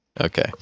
Okay